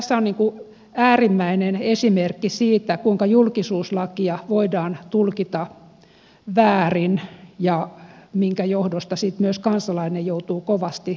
tässä on äärimmäinen esimerkki siitä kuinka julkisuuslakia voidaan tulkita väärin minkä johdosta sitten myös kansalainen joutuu kovasti kärsimään